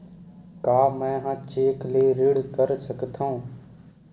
का मैं ह चेक ले ऋण कर सकथव?